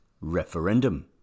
referendum